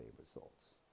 results